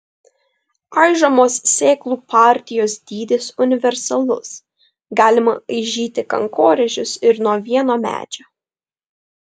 aižomos sėklų partijos dydis universalus galima aižyti kankorėžius ir nuo vieno medžio